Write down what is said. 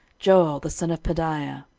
joel the son of pedaiah